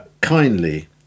kindly